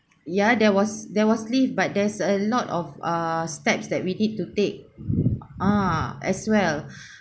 ya there was there was lift but there's a lot of ah steps that we need to take ah as well